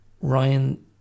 ryan